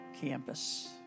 campus